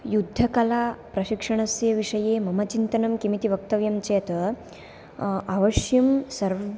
युद्धकला प्रशिक्षणस्य विषये मम चिन्तनं किमिति वक्तव्यं चेत् अवश्यं सर्व्